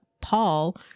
Paul